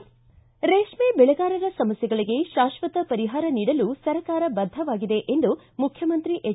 ರೇಷ್ಮೆ ಬೆಳೆಗಾರರ ಸಮಸ್ಯೆಗಳಿಗೆ ಶಾಶ್ವತ ಪರಿಹಾರ ನೀಡಲು ಸರ್ಕಾರ ಬದ್ಧವಾಗಿದೆ ಎಂದು ಮುಖ್ಯಮಂತ್ರಿ ಎಚ್